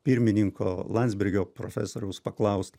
pirmininko landsbergio profesoriaus paklaust